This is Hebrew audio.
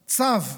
צו,